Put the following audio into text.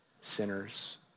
sinners